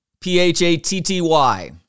P-H-A-T-T-Y